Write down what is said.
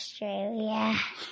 Australia